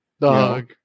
dog